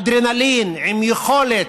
עם אדרנלין, עם יכולת,